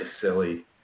silly